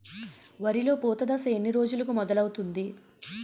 వరిలో పూత దశ ఎన్ని రోజులకు మొదలవుతుంది?